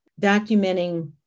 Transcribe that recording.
documenting